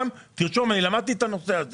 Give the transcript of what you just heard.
תרשום, אני למדתי את הנושא הזה